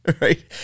right